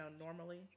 normally